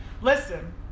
Listen